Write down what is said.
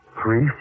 three